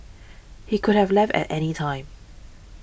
he could have left at any time